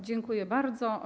Dziękuję bardzo.